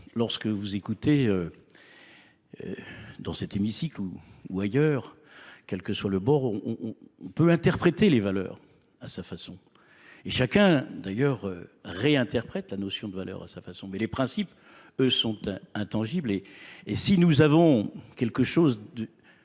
lorsque vous écoutez dans cet hémicycle ou ailleurs, quel que soit le bord, on peut interpréter les valeurs à sa façon. Et chacun, d'ailleurs, réinterprète la notion de valeur à sa façon. Mais les principes, eux, sont intangibles. Et si nous avons quelque chose